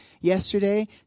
yesterday